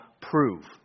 prove